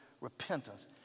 repentance